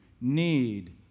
need